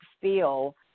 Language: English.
feel –